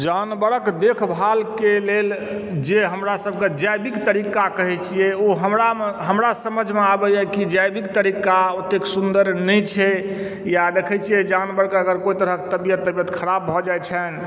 जानवरक देखभालके लेल जे हमरा सभक जैविक तरीका कहय छियै ओ हमरा समझमऽ आबइए कि जैविक तरीका ओतेक सुन्दर नहि छै या देखय छियै जानवरके अगर कोई कोनो तरहक तबियत वबियत खराब भऽ जाइ छनि